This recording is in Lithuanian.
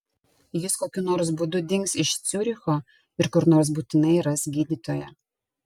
jis kokiu nors būdu dings iš ciuricho ir kur nors būtinai ras gydytoją